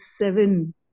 seven